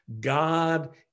God